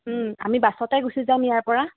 আমি বাছতে গুচি যাম ইয়াৰ পৰা